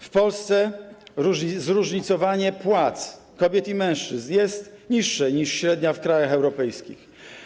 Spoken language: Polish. W Polsce zróżnicowanie płac kobiet i mężczyzn jest niższe niż średnia w krajach europejskich.